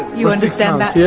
you understand that? yeah